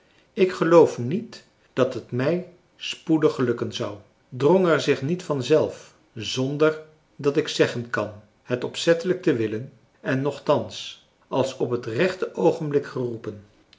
ik geloof niet dat het mij spoedig gelukken zou drong er zich niet vanzelf zonder dat ik zeggen kan het opzettelijk te willen en nochtans als op het rechte oogenblik geroepen